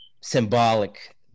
Symbolic